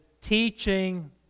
teaching